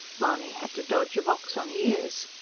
mahony had to dodge a box on the ears.